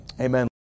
Amen